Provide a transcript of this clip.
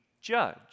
judge